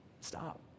stop